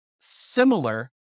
similar